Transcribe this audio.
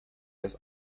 das